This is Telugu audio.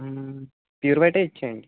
ప్యూర్ వైట్ఏ ఇచ్చేయండి